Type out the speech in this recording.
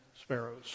sparrows